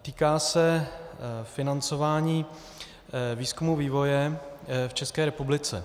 Týká se financování výzkumu a vývoje v České republice.